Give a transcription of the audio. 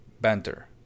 banter